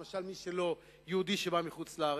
למשל לא יהודי שבא מחוץ-לארץ,